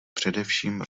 především